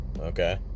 okay